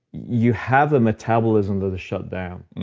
you have a metabolism that is shut down.